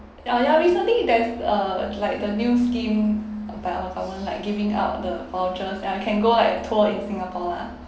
uh ya recently there's a like the new scheme about um like giving out the vouchers ya can go like tour in singapore lah